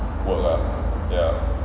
work lah ya